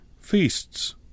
feasts